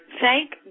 Thank